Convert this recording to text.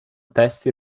testi